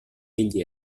egli